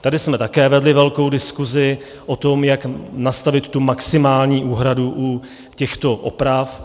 Tady jsme také vedli velkou diskusi o tom, jak nastavit maximální úhradu u těchto oprav.